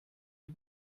die